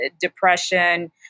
depression